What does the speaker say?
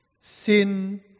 Sin